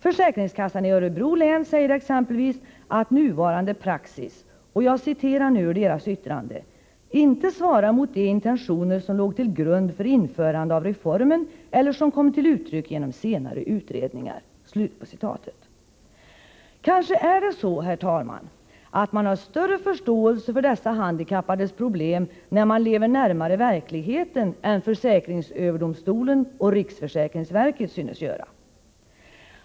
Försäkringskassan i Örebro län säger exempelvis att nuvarande praxis, och jag citerar ur yttrandet, ”inte svarar mot de intentioner som låg till grund för införande av reformen eller som kommit till uttryck genom senare utredningar”. Kanske är det så, herr talman, att man har större förståelse för dessa handikappades problem när man lever närmare verkligheten än försäkringsöverdomstolen och riksförsäkringsverket synes göra.